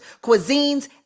cuisines